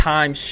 Time